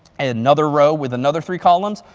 and another row with another three columns,